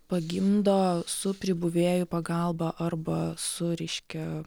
pagimdo su pribuvėjų pagalba arba su reiškia